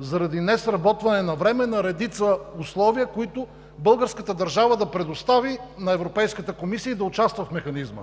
заради несработване навреме на редица условия, които българската държава да предостави на Европейската комисия и да участва в Механизма!